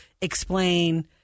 explain